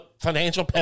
financial